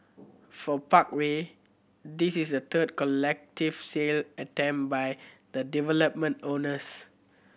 for Parkway this is the third collective sale attempt by the development owners